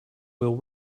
will